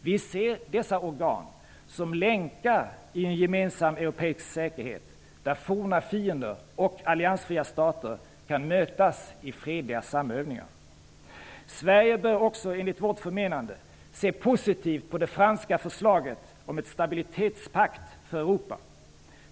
Vi ser dessa organ som länkar i en gemensam europeisk säkerhet, där forna fiender och alliansfria stater kan mötas i fredliga samövningar. Sverige bör också enligt vårt förmenande se positivt på det franska förslaget om en stabilitetspakt för Europa.